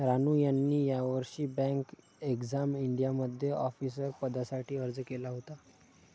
रानू यांनी यावर्षी bank exam इंडियामध्ये ऑफिसर पदासाठी अर्ज केला होता